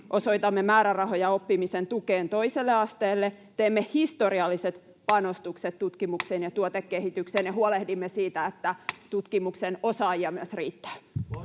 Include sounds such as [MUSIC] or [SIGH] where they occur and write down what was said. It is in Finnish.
osoitamme määrärahoja oppimisen tukeen toiselle asteelle, teemme historialliset panostukset tutkimukseen [NOISE] ja tuotekehitykseen ja huolehdimme siitä, että tutkimuksen osaajia myös riittää.